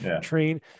train